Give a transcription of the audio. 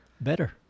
Better